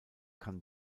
kann